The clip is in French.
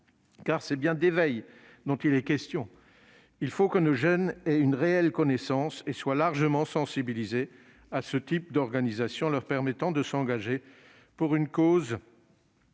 c'est bien d'éveil dont il est question : il faut que nos jeunes aient une réelle connaissance et soient largement sensibilisés à ce type d'organisation, en leur permettant de s'engager pour une cause et de